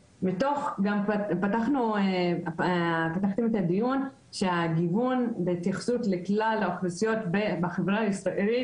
פתחתם את הדיון של הגיוון בהתייחסות לכלל האוכלוסיות בחברה הישראלית,